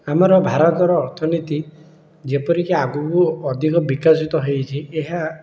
ଆମର ଭାରତର ଅର୍ଥନୀତି ଯେପରି କି ଆଗକୁ ଅଧିକ ବିକାଶିତ ହେଇଛି ଏହା